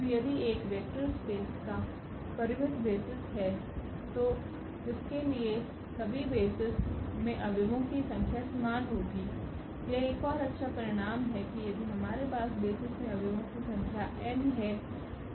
तो यदि एक वेक्टर स्पेस का परिमित बेसिस है तो इसके सभी बेसिस में अव्यवो की संख्या समान होगी यह एक और अच्छा परिणाम है कि यदि हमारे पास बेसिस में अव्यवो की संख्या n है